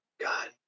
god